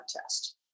test